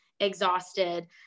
exhausted